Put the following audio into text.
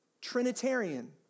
Trinitarian